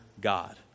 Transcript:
God